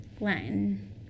Latin